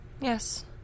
Yes